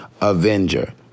avenger